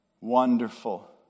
wonderful